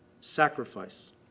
Sacrifice